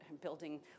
building